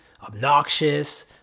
obnoxious